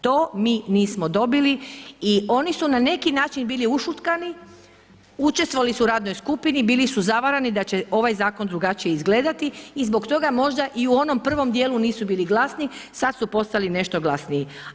To mi nismo dobili i oni su na neki način bili ušutkani, učestvovali su u radnoj skupini, bili su zavarani da će ovaj zakon drugačije izgledati i zbog toga možda i u onom prvom djelu nisu bili glasni, sad su postali nešto glasniji.